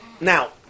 Now